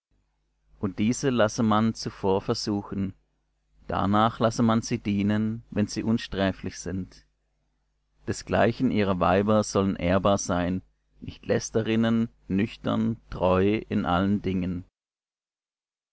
und diese lasse man zuvor versuchen darnach lasse man sie dienen wenn sie unsträflich sind desgleichen ihre weiber sollen ehrbar sein nicht lästerinnen nüchtern treu in allen dingen